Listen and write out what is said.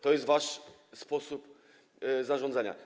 To jest wasz sposób zarządzania.